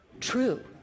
true